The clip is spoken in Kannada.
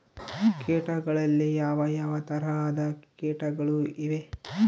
ಕೇಟಗಳಲ್ಲಿ ಯಾವ ಯಾವ ತರಹದ ಕೇಟಗಳು ಇವೆ?